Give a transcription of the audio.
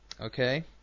Okay